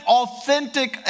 authentic